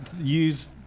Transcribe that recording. use